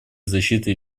защиты